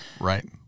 Right